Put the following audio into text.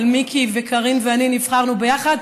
אבל מיקי וקארין ואני נבחרנו ביחד,